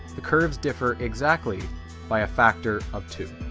the curves differ exactly by a factor of two.